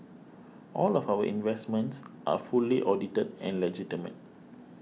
all of our investments are fully audited and legitimate